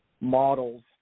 Models